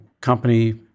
company